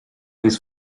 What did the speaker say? his